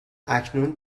اکنون